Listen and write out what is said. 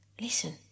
Listen